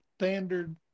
standard